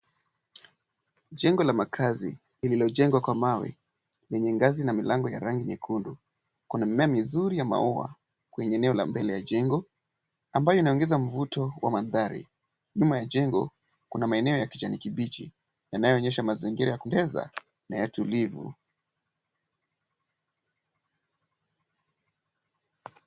Jengo la makaazi lililojengwa kwa mawe lenye ngazi na milango ya rangi nyekundu. Kuna mimea mizuri ya maua kwenye eneo la mbele ya jengo ambayo inaongeza mvuto wa mandhari. Nyuma ya jengo kuna maeneo ya kijani kibichi yanayoonyesha mazingira ya kupendeza na ya tulivu.